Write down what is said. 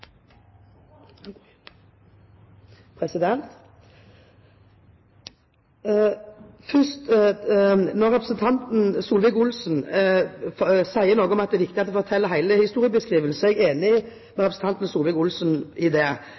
Midt-Norge. Først: Når representanten Solvik-Olsen sier at det er viktig at en kommer med hele historiebeskrivelsen, så er jeg enig med representanten i det.